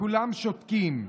וכולם שותקים.